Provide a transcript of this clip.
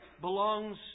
belongs